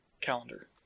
calendar